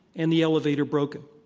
and the elevator broken.